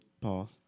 pause